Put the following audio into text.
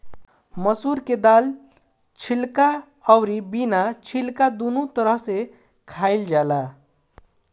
मसूर के दाल छिलका अउरी बिना छिलका दूनो तरह से खाइल जाला